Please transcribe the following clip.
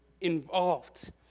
involved